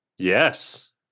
Yes